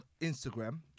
Instagram